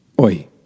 oi